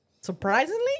surprisingly